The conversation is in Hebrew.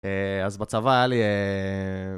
אה... אז בצבא היה לי אה...